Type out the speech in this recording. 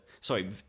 sorry